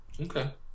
Okay